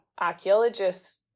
archaeologists